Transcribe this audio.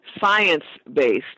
science-based